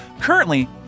Currently